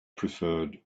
preferred